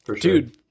Dude